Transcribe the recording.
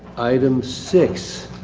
item six.